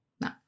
No